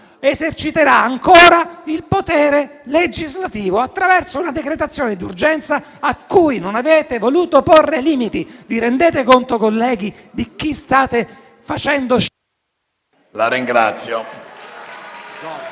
eserciterà ancora il potere legislativo attraverso una decretazione d'urgenza a cui non avete voluto porre limiti. Vi rendete conto, colleghi, di cosa state facendo?